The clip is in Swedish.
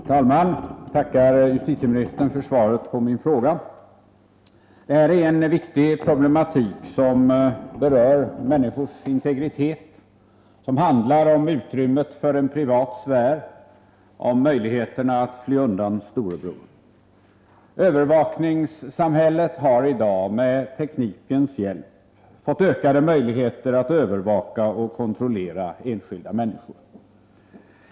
Herr talman! Jag tackar justitieministern för svaret på min fråga. Det här är en viktig problematik, som berör människors integritet, som handlar om utrymmet för en privat sfär, om möjligheterna att fly undan Storebror. Samhället har i dag med teknikens hjälp fått ökade möjligheter att övervaka och kontrollera enskilda människor.